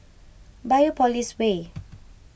Biopolis Way